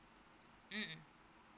mm mm